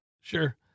sure